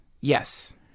yes